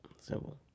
Simple